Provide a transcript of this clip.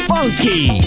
Funky